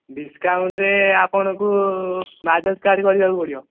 ଡିସ୍କାଉଣ୍ଟ୍ରେ ଆପଣଙ୍କୁ ବାଜାଜ୍ କାର୍ଡ୍ କରିବାକୁ ପଡ଼ିବ